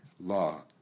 law